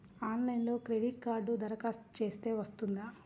ఆన్లైన్లో క్రెడిట్ కార్డ్కి దరఖాస్తు చేస్తే వస్తుందా?